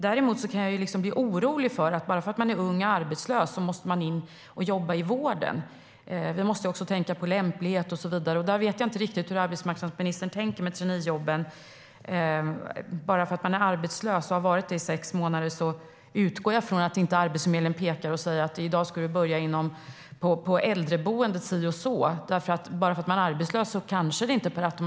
Däremot kan jag bli orolig för att man måste in och jobba i vården bara för att man är ung och arbetslös. Vi måste också tänka på lämplighet och så vidare. Där vet jag inte riktigt hur arbetsmarknadsministern tänker när det gäller traineejobb. Jag utgår från att Arbetsförmedlingen inte pekar och säger att någon ska börja på äldreboendet si och så bara för att personen är arbetslös och har varit det i sex månader.